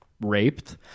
raped